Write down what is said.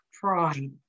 pride